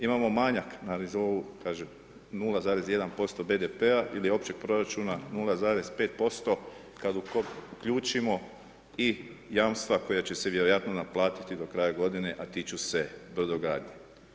Imamo manjak na nivou kažem 0,1% BDP-a ili općeg proračuna 0,5% kad uključimo i jamstva koja će se vjerojatno naplatiti do kraja godine a tiču se brodogradnje.